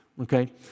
okay